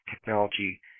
technology